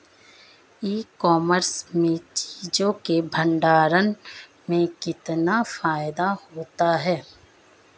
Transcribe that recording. ई commerce में चीज़ों के भंडारण में कितना फायदा होता है?